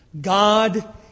God